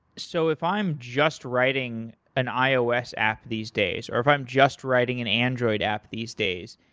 so if i'm just writing an ios app these days or if i'm just writing an android app these days,